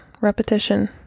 Repetition